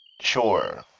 sure